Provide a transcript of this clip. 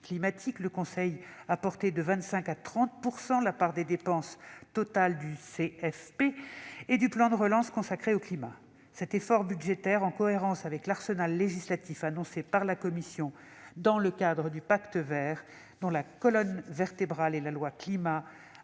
le Conseil ayant porté de 25 % à 30 % les parts des dépenses totales du CFP et du plan de relance consacrées au climat. Cet effort budgétaire, en cohérence avec l'arsenal législatif annoncé par la Commission dans le cadre du Pacte vert pour l'Europe, dont la colonne vertébrale est la « loi climat